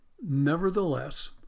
nevertheless